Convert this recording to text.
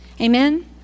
Amen